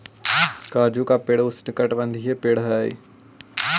काजू का पेड़ उष्णकटिबंधीय पेड़ हई